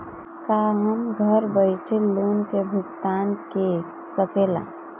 का हम घर बईठे लोन के भुगतान के शकेला?